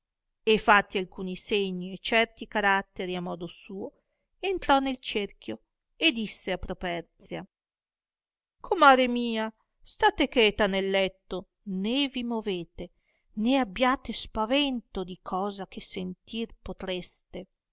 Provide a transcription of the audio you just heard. e fatti alcuni segni e certi caratteri a modo suo entrò nel cerchio e disse a properzia comare mia state cheta nel letto né vi movete né abbiate spavento di cosa che sentir potreste